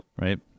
Right